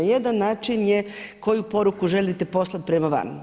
Jedan način je koju poruku želite poslati prema van.